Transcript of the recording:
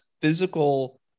physical